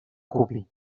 ocupi